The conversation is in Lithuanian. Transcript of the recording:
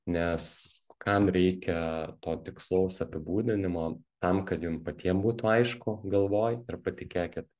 nes kam reikia to tikslaus apibūdinimo tam kad jum patiem būtų aišku galvoj ir patikėkit